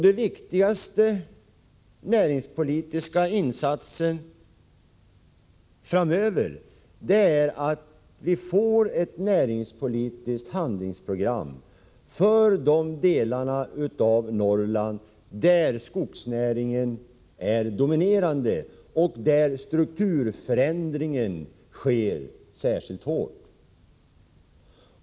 Den viktigaste näringspolitiska insatsen framöver är att skapa ett näringspolitiskt handlingsprogram för de delar av Norrland där skogsnäringen är dominerande och där strukturförändringen slår särskilt hårt.